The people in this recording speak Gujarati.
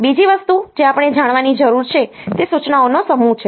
બીજી વસ્તુ જે આપણે જાણવાની જરૂર છે તે સૂચનાઓનો સમૂહ છે